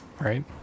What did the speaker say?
right